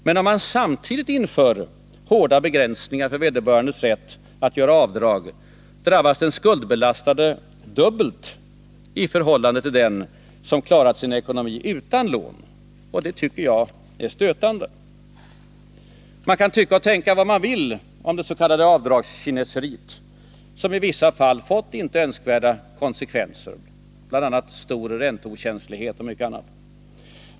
Men om man samtidigt inför hårda begränsningar av vederbörandes rätt att göra avdrag drabbas den skuldbelastade dubbelt i förhållande till den som klarat sin ekonomi utan lån. Och det tycker jag är stötande. Man kan tycka och tänka vad man vill om dets.k. avdragskineseriet, som i vissa fall fått inte önskvärda konsekvenser, stor ränteokänslighet och en del annat.